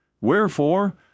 Wherefore